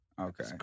Okay